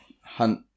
hunt